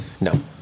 No